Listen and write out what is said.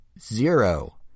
zero